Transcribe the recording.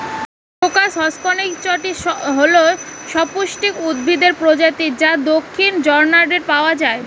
crocus হসকনেইচটি হল সপুষ্পক উদ্ভিদের প্রজাতি যা দক্ষিণ জর্ডানে পাওয়া য়ায়